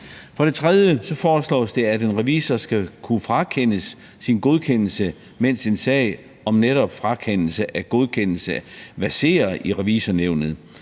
For det tredje foreslås det, at en revisor skal kunne frakendes sin godkendelse, mens en sag om netop frakendelse af godkendelse verserer i Revisornævnet,